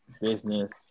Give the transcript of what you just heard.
business